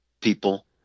people